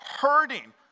hurting